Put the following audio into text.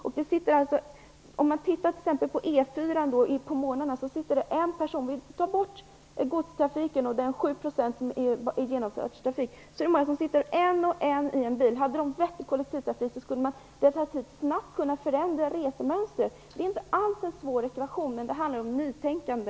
Om man bortser från godstrafiken och de 7 % som är genomfartstrafik sitter många en och en i bilarna på E 4 på morgnarna. Med vettig kollektivtrafik skulle man definitivt kunna förändra resemönstret snabbt. Det är inte alls en svår ekvation, men det handlar om nytänkande.